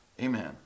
Amen